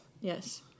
Yes